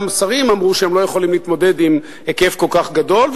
גם שרים אמרו שהם לא יכולים להתמודד עם היקף כל כך גדול,